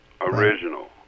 original